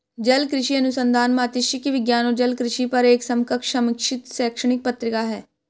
जलकृषि अनुसंधान मात्स्यिकी विज्ञान और जलकृषि पर एक समकक्ष समीक्षित शैक्षणिक पत्रिका है